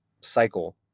cycle